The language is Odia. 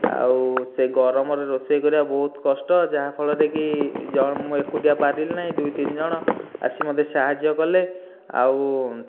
ଆଉ ସେଇ ଗରମରେ ରୋଷେଇ କରିବା ବହୁତ କଷ୍ଟ ଯାହା ଫଳରେ କି ଜଣେ ମୁଁ ଏକୁଟିଆ ପାରିଲି ନାହିଁ ଦୁଇ ତିନି ଜଣ ଆସି ମୋତେ ସାହାଯ୍ୟ କଲେ ଆଉ